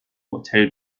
hotel